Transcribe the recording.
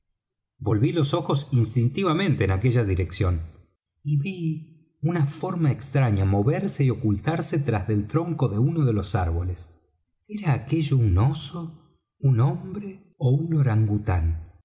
volví los ojos instintivamente en aquella dirección y ví una forma extraña moverse y ocultarse tras del tronco de uno de los árboles era aquello un oso un hombre ó un orangután